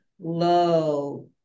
low